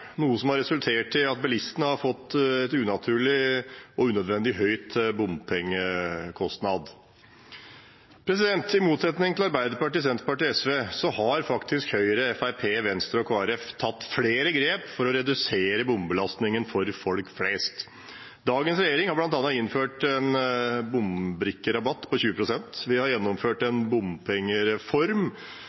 noe som har resultert i at bilistene har fått en unaturlig og unødvendig høy bompengekostnad. I motsetning til Arbeiderpartiet, Senterpartiet og SV har Høyre, Fremskrittspartiet, Venstre og Kristelig Folkeparti tatt flere grep for å redusere bompengebelastningen for folk flest. Dagens regjering har bl.a. innført en bombrikkerabatt på 20 pst. Vi har gjennomført en bompengereform